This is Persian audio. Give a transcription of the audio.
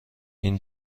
این